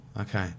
Okay